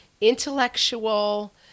intellectual